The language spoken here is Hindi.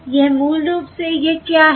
तो यह है यह मूल रूप से यह क्या है